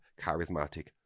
charismatic